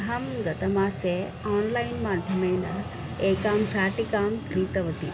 अहं गतमासे आन्लैन् माध्यमेन एकां शाटिकां क्रीतवती